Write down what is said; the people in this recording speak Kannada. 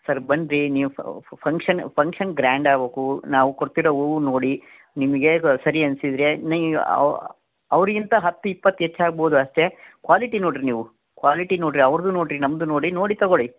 ಸರ್ ಬನ್ನಿರಿ ನೀವು ಫಂಕ್ಷನ್ ಫಂಕ್ಷನ್ ಗ್ರಾಂಡ್ ಆಗಬೇಕು ನಾವು ಕೊಡ್ತಿರೊ ಹೂವು ನೋಡಿ ನಿಮಗೆ ಸರಿ ಅನಿಸಿದರೆ ಅವ್ರಿಗಿಂತ ಹತ್ತು ಇಪ್ಪತ್ತು ಹೆಚ್ಚಾಗ್ಬೌದು ಅಷ್ಟೇ ಕ್ವಾಲಿಟಿ ನೋಡಿರಿ ನೀವು ಕ್ವಾಲಿಟಿ ನೋಡಿರಿ ಅವ್ರದೂ ನೋಡಿರಿ ನಮ್ಮದೂ ನೋಡಿ ತಗೊಳ್ಳಿ